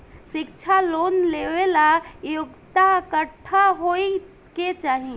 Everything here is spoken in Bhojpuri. शिक्षा लोन लेवेला योग्यता कट्ठा होए के चाहीं?